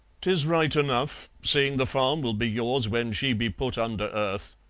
tis right enough, seeing the farm will be yours when she be put under earth.